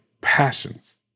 passions